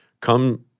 come